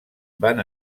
van